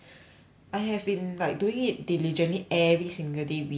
I have been like doing it diligently every single day without fail eh